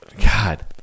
God